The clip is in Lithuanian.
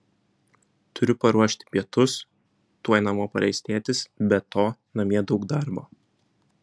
turiu paruošti pietus tuoj namo pareis tėtis be to namie daug darbo